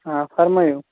آ فَرمٲوِو